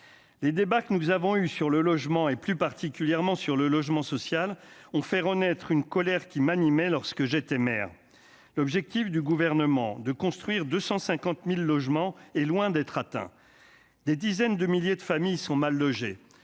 les débats que nous avons eu sur le logement, et plus particulièrement sur le logement social ont fait renaître une colère qui m'animait lorsque j'étais maire, l'objectif du gouvernement de construire 250000 logements est loin d'être atteint des dizaines de milliers de familles sont mal logées,